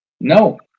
No